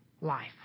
life